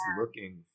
looking